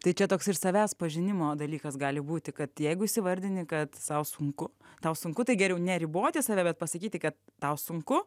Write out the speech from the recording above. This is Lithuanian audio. tai čia toks ir savęs pažinimo dalykas gali būti kad jeigu įsivardini kad sau sunku tau sunku tai geriau neriboti save bet pasakyti kad tau sunku